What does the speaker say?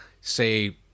say